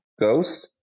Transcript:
Ghost